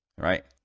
Right